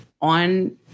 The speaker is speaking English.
on